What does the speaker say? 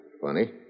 Funny